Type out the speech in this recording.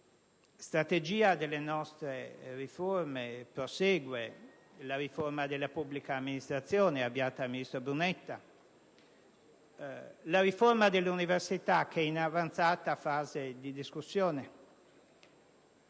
La strategia delle nostre riforme prosegue: la riforma della pubblica amministrazione avviata dal ministro Brunetta, la riforma delle università (che è in avanzata fase di discussione)